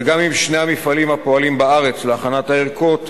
וגם אם שני המפעלים הפועלים בארץ להכנת הערכות